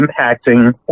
impacting